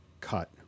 cut